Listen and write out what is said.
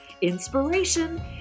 inspiration